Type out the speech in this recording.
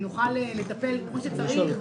שנוכל לטפל כפי שצריך.